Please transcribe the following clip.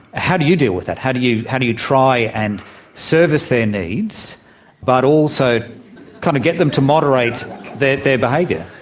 how do you deal with that? how do you. how do you try and service their needs but also kind of get them to moderate their behaviour?